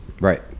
Right